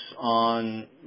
on